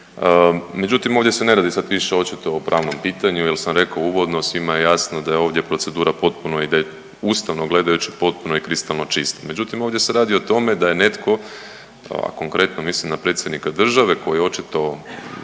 Međutim, ovdje se ne radi sad više o očito o pravnom pitanju jer sam rekao uvodno, svima je jasno da je ovdje procedura potpuno, ustavno gledajući potpuno i kristalno čisto. Međutim, ovdje se radi o tome da je netko, a konkretno mislim na predsjednika države koji očito